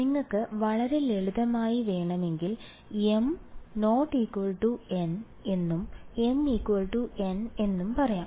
നിങ്ങൾക്ക് വളരെ ലളിതമായി വേണമെങ്കിൽ m n എന്നും mn എന്നും പറയാം